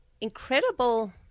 incredible